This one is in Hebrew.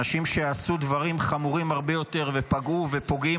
אנשים שעשו דברים חמורים הרבה יותר ופגעו ופוגעים